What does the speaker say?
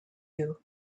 you